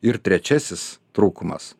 ir trečiasis trūkumas